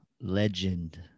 Legend